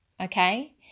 okay